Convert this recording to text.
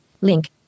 Link